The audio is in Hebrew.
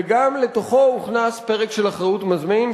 וגם לתוכו הוכנס פרק של אחריות מזמין,